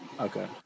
Okay